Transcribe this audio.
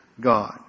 God